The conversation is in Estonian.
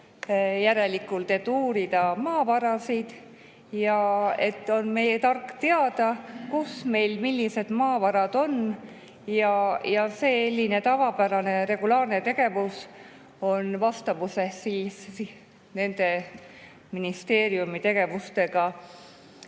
järelikult põhjust uurida maavarasid ja et meil on tark teada, kus meil millised maavarad on ja selline tavapärane regulaarne tegevus on vastavuses nende ministeeriumi tegevusega.